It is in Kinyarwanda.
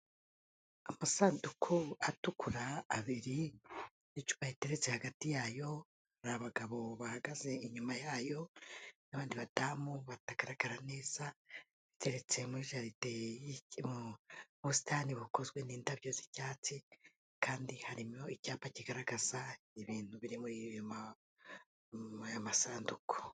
Amasanduku atukura abiri n'icupa riteretse hagati yayo, hari abagabo bahagaze inyuma yayo n'abandi badamu batagaragara neza. Biteretse muri jardin mu busitani bukozwe n'indabyo z'icyatsi, kandi harimo icyapa kigaragaza ibintu birimo muri ayo masanduku.